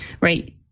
right